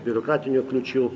biurokratinių kliūčių